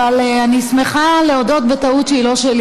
אבל אני שמחה להודות גם בטעות שהיא לא שלי,